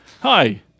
Hi